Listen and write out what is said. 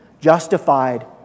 Justified